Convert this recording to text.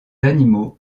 animaux